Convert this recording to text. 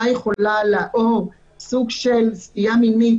או סוג של סטייה מינית,